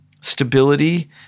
stability